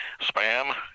spam